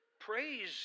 praise